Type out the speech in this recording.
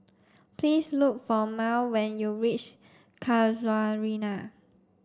please look for Mal when you reach Casuarina